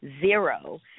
Zero